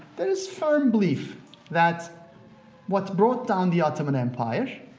there is firm belief that what brought down the ottoman empire